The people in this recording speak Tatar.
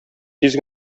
тиз